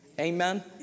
Amen